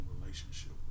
relationship